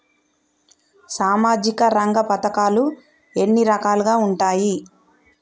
సామాజిక రంగ పథకాలు ఎన్ని రకాలుగా ఉంటాయి?